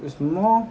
it was more